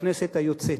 בכנסת היוצאת.